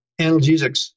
analgesics